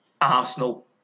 Arsenal